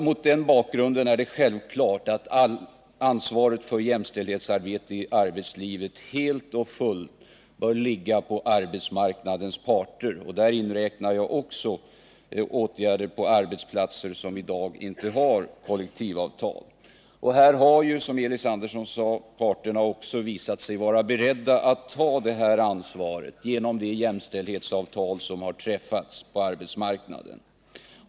Mot den bakgrunden är det självklart att ansvaret för jämställdhetsarbetet i arbetslivet helt och fullt bör ligga på arbetsmarknadens parter, och jag inbegriper här också åtgärder på arbetsplatser där man i dag inte har kollektivavtal. Som Elis Andersson sade har parterna också visat sig vara beredda att ta detta ansvar genom de jämställdhetsavtal som nu har träffats på arbetsmarknaden.